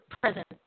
present